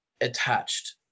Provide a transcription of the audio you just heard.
attached